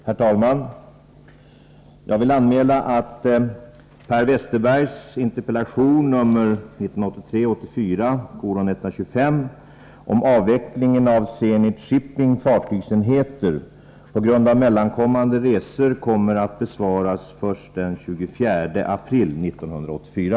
Herr talman! Jag vill anmäla att Per Westerbergs interpellation 1983/ 84:125 om avvecklingen av Zenit Shippings fartygsenheter på grund av mellankommande resor kommer att besvaras först den 24 april 1984.